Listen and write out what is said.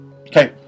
Okay